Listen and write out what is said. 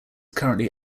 currently